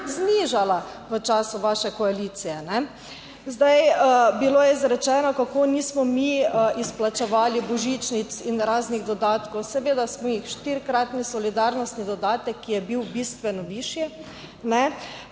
znižala v času vaše koalicije, ne. Zdaj bilo je izrečeno, kako nismo mi izplačevali božičnic in raznih dodatkov. Seveda smo jih, štirikratni solidarnostni dodatek, ki je bil bistveno višji,